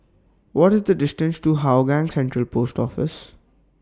What IS The distance to Hougang Central Post Office